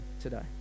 today